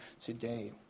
today